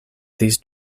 these